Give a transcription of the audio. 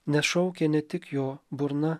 nes šaukia ne tik jo burna